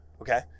Okay